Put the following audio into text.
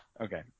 Okay